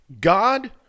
God